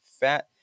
fat